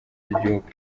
by’igihugu